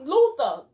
Luther